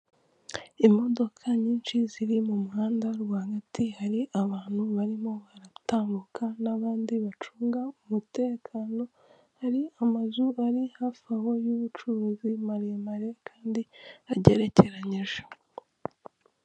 Imodoka nyinshi ziri mu muhanda rwagati hari abantu barimo baratambuka n'abandi bacunga umutekano, hari amazu ari hafi aho y'ubucuruzi maremare kandi agerekeranyije.